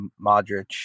Modric